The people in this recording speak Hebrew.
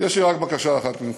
יש לי רק בקשה אחת ממך,